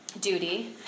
duty